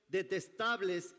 detestables